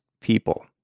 people